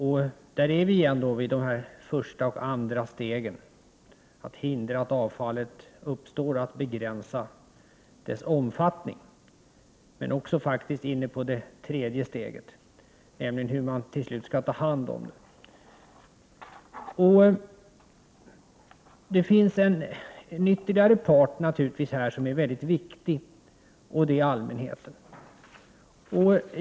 Jag återkommer därför till det första och det andra steget, dvs. att förhindra att avfallet uppstår och att begränsa dess omfattning. Men det finns också ett tredje steg, nämligen det som gäller hur man till slut skall ta hand om avfallet. I detta sammanhang är allmänheten en mycket viktig part.